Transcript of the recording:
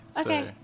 Okay